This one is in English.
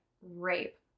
rape